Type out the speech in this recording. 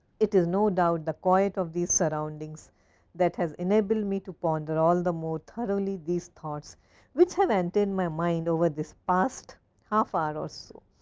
it is no doubt the quiet of these surroundings that has enabled me to ponder all the more thoroughly these thoughts which have entered my mind over this past half-hour or so.